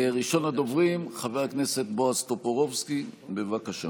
ראשון הדוברים, חבר הכנסת בועז טופורובסקי, בבקשה.